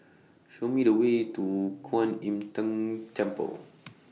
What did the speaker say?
Show Me The Way to Kwan Im Tng Temple